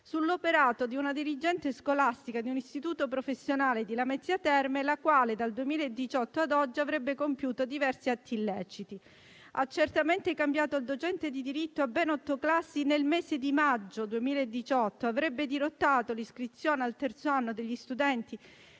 sull'operato di una dirigente scolastica di un istituto professionale di Lamezia Terme, la quale dal 2018 ad oggi avrebbe compiuto diversi atti illeciti: ha certamente cambiato il docente di diritto a ben otto classi nel mese di maggio 2018; avrebbe dirottato l'iscrizione al terzo anno degli studenti